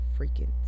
freaking